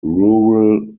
rural